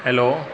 hello